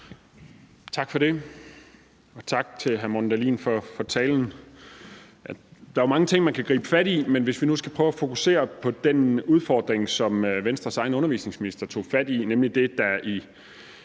Tak for det. Og tak til hr. Morten Dahlin for talen. Der er mange ting, man kan gribe fat i, men hvis vi nu skal prøve at fokusere på den udfordring, som Venstres egen undervisningsminister tog fat i, nemlig det, der i